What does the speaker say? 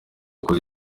bakozi